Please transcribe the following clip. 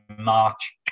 March